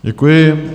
Děkuji.